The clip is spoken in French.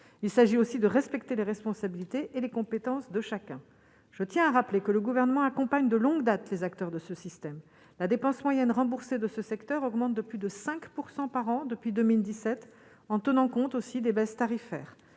il s'agit aussi de respecter les responsabilités et les compétences de chacun, je tiens à rappeler que le gouvernement accompagne de longue date, les acteurs de ce système, la dépense moyenne, remboursé de ce secteur augmentent de plus de 5 % par an depuis 2017 en tenant compte aussi des baisses tarifaires